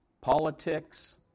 politics